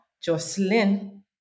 Jocelyn